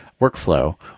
workflow